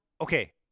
Okay